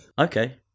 Okay